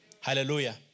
Hallelujah